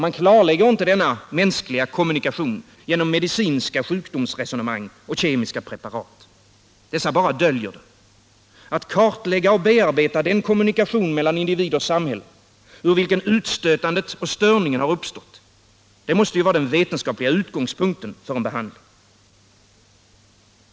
Man klarlägger inte denna mänskliga kommunikation genom medicinska sjukdomsresonemang och kemiska preparat — dessa bara döljer den. Att kartlägga och bearbeta den kommunikation mellan individ och samhälle ur vilken utstötandet och störningen har uppstått — det måste ju vara den enda vetenskapliga utgångspunkten för en behandling.